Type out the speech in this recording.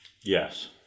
Yes